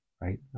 right